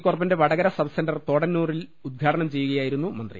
ഹോർട്ടികോർപ്പിന്റെ Vadakara sub centre തോടന്നൂരിൽ ഉദ്ഘാടനം ചെയ്യുകയാ യിരുന്നു മന്ത്രി